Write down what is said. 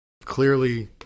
Clearly